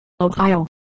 Ohio